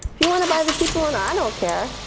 if you want to buy the cheaper one i don't care.